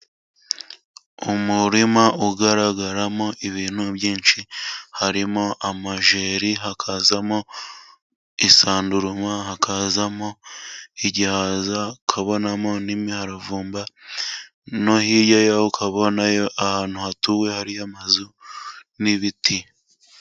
Umurima ugaragaramo ibintu byinshi harimo amajeri, hakazamo isanduruma, hakazamo igihaza, ukabonamo n'imiharavumba no hirya ukabonayo ahantu hatuwe hariyo amazu n'ibiti.